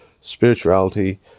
spirituality